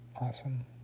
awesome